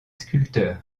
sculpteur